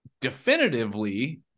definitively